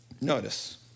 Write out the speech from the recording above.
Notice